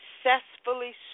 successfully